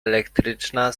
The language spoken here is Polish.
elektryczna